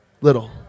Little